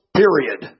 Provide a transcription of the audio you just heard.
period